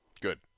Good